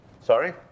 sorry